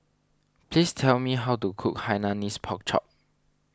please tell me how to cook Hainanese Pork Chop